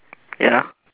ya